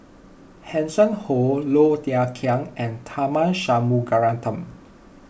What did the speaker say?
Hanson Ho Low Thia Khiang and Tharman Shanmugaratnam